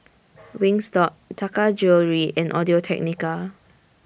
Wingstop Taka Jewelry and Audio Technica